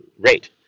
rate